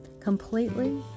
completely